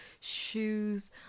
shoes